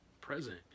present